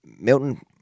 Milton